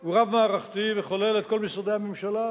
הוא רב-מערכתי וכולל את כל משרדי הממשלה,